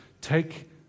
take